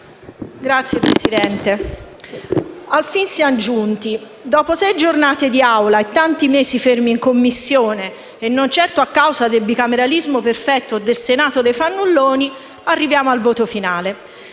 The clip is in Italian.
Signora Presidente, al fin siam giunti. Dopo sei giornate di Aula e tanti mesi fermi in Commissione - e non certo a causa del bicameralismo perfetto o del Senato dei fannulloni - arriviamo al voto finale.